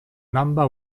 number